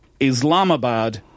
Islamabad